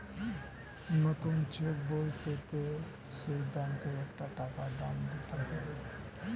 নতুন চেক বই পেতে গেলে সেই ব্যাংকে একটা টাকা দাম দিতে হয়